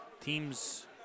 Team's